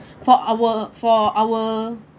for our for our